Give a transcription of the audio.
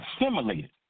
assimilated